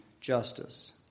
justice